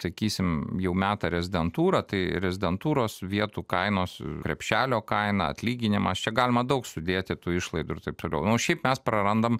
sakysim jau meta rezidentūrą tai rezidentūros vietų kainos krepšelio kaina atlyginimas čia galima daug sudėti tų išlaidų ir taip toliau nu o šiaip mes prarandam